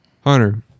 Hunter